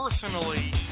personally